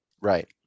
Right